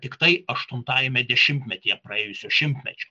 tiktai aštuntajame dešimtmetyje praėjusio šimtmečio